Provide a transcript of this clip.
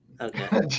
Okay